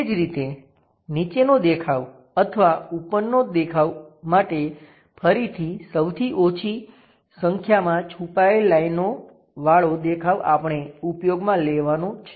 તે જ રીતે નીચેનો દેખાવ અથવા ઉપરનો દેખાવ માટે ફરીથી સૌથી ઓછી સંખ્યામાં છુપાયેલી લાઈનો વાળો દેખાવ આપણે ઉપયોગમાં લેવાનો છે